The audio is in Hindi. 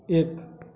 एक